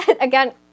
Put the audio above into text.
again